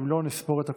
אם לא, נספור את הקולות.